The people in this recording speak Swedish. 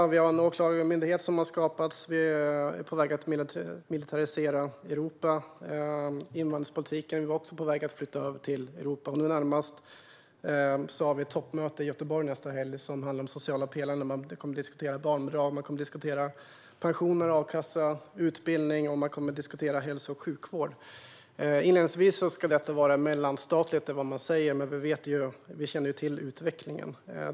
Det har skapats en åklagarmyndighet, vi är på väg att militarisera Europa och även invandringspolitiken är på väg att flytta över till Europa. Nästa helg har vi ett toppmöte i Göteborg som handlar om den sociala pelaren. Där kommer man att diskutera barnbidrag, pensioner, a-kassa, utbildning och hälso och sjukvård. Inledningsvis ska detta vara mellanstatligt - det är vad man säger - men vi känner ju till utvecklingen.